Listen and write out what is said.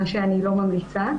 דבר שאני לא ממליצה.